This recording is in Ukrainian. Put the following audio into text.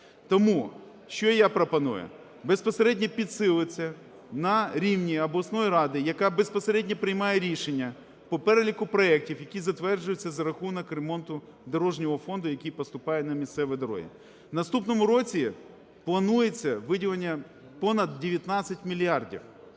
Тому що я пропоную? Безпосередньо підсилити це на рівні обласної ради, яка безпосередньо приймає рішення по переліку проектів, які затверджуються за рахунок ремонту дорожнього фонду, який поступає на місцеві дороги. В наступному році планується виділення понад 19 мільярдів,